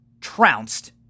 trounced